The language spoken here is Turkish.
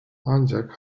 ancak